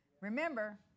Remember